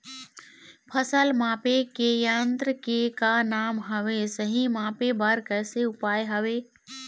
फसल मापे के यन्त्र के का नाम हवे, सही मापे बार कैसे उपाय हवे?